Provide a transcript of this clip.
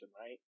right